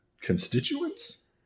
constituents